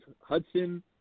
Hudson